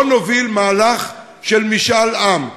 בוא נוביל מהלך של משאל עם,